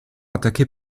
attaquée